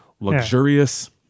luxurious